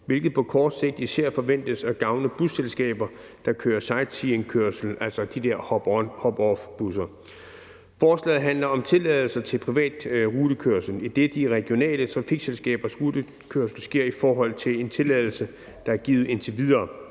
hvilket på kort sigt især forventes at gavne busselskaber, der kører sightseeingkørsel, altså de der hop on-hop off-busser. Forslaget handler om tilladelse til privat rutekørsel, idet de regionale trafikselskabers rutekørsel sker i forhold til en tilladelse, der er givet indtil videre.